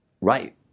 Right